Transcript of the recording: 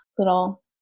little